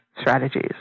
strategies